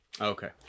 Okay